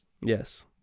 Yes